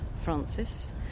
Francis